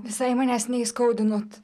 visai manęs neįskaudinot